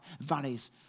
valleys